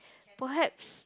perhaps